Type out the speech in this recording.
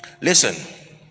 Listen